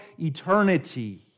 eternity